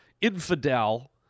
infidel